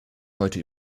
heute